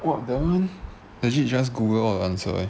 !wah! that [one] legit just google all the answer